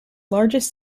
largest